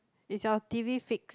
is a T_V fix